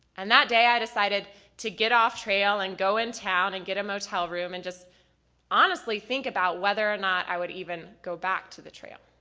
and that day i decided to get off trail, and in town and get a motel room and just honestly think about whether or not i would even go back to the trail.